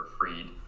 Freed